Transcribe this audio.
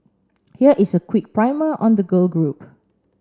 here is a quick primer on the girl group